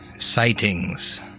Sightings